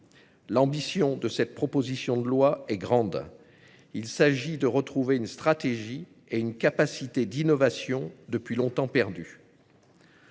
L'ambition du texte est grande. Il s'agit de retrouver une stratégie et une capacité d'innovation depuis longtemps perdues.